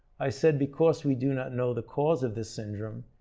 i said because we do not know the cause of this syndrome,